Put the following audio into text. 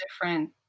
different